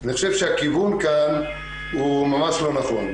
אני חושב שהכיוון כאן הוא ממש לא נכון.